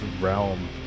realm